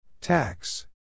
Tax